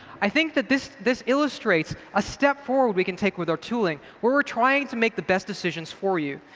i think that this this illustrates a step forward we can take with our tooling, where we're trying to make the best decisions for you.